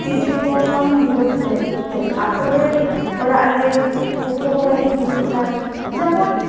ᱛᱤᱡᱩ ᱠᱚ ᱠᱷᱚᱱ ᱱᱤᱨᱟᱹᱫᱽ ᱞᱟᱹᱜᱤᱫ ᱛᱮ ᱟᱛᱳ ᱨᱮ ᱚᱲᱟᱜ ᱨᱮ ᱩᱯᱚᱠᱟᱨᱤ ᱫᱚ ᱦᱩᱭᱩᱜ ᱠᱟᱱᱟ ᱡᱮᱢᱚᱱ